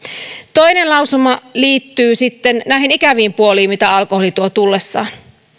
toinen lausuma liittyy sitten näihin ikäviin puoliin mitä alkoholi tuo tullessaan